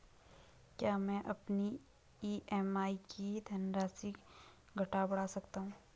क्या मैं अपनी ई.एम.आई की धनराशि घटा बढ़ा सकता हूँ?